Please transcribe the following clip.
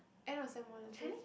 end of sem one I think